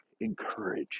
encourage